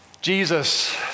Jesus